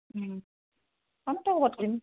কৰিম